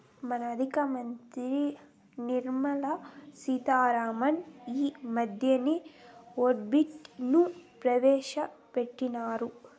మన ఆర్థిక మంత్రి నిర్మలా సీతా రామన్ ఈ మద్దెనే బడ్జెట్ ను ప్రవేశపెట్టిన్నారు